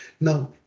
Now